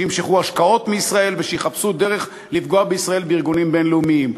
שימשכו השקעות מישראל ושיחפשו דרך לפגוע בישראל בארגונים בין-לאומיים.